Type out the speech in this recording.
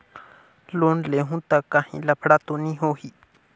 Loan लेहूं ता काहीं लफड़ा तो नी होहि?